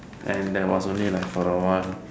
and there was only like for a while